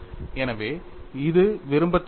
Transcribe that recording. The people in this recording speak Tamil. எனவே இது விரும்பத்தக்கது